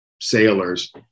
sailors